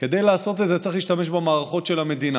כדי לעשות את זה צריך להשתמש במערכות של המדינה.